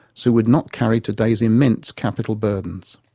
so would not carry today's immense capital burdens.